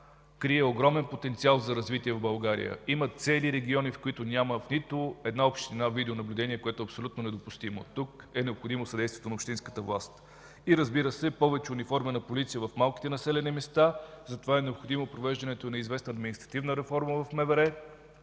крие огромен потенциал за развитие в България. Има цели региони, в които няма в нито една община с видеонаблюдение, което е абсолютно недопустимо. Тук е необходимо съдействието на общинската власт и, разбира се, повече униформена полиция в малките населени места. Затова е необходимо провеждането на известна административна реформа в МВР,